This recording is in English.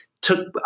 took